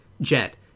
Jet